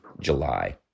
July